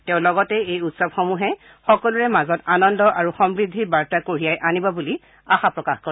তেওঁ লগতে এই উৎসৱসমূহে সকলোৰে মাজত আনন্দ আৰু সমৃদ্ধিৰ বাৰ্তা কঢ়িয়াই আনিব বুলি আশা কৰে